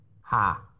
Ha